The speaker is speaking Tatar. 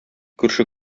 күрше